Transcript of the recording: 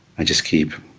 i just keep